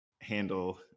handle